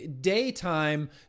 daytime